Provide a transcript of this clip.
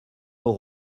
aux